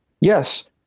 Yes